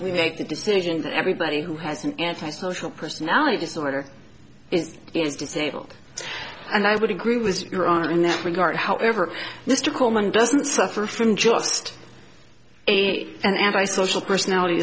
we make the decision that everybody who has an antisocial personality disorder is disabled and i would agree with your own in that regard however mr coleman doesn't suffer from just an anti social personality